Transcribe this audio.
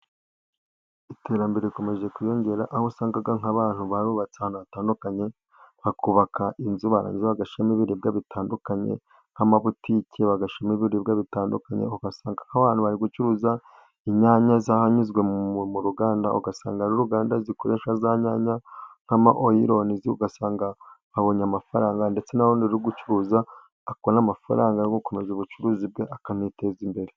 Iterambere rikomeje kwiyongera aho usanga nk'abantu barubatse ahantu hatandukanye hakubaka inzu. Barangiza bagashyiramo ibiribwa bitandukanye nk'amabutike bagashyirama ibiribwa bitandukanye. Abantu bari gucuruza inyanya zanyuze mu ruganda, ugasanga n'uruganda rukoresha za nyanya nka ma oyirinizi, ugasanga abonye amafaranga ndetse n'ndi uri gucuruza akorera amafaranga yo gukomeza ubucuruzi bwe akaniteza imbere.